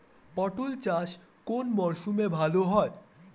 পটল চাষ কোন মরশুমে ভাল হয়?